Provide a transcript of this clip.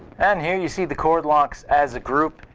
and here you see the cord locks as a group.